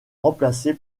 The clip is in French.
remplacé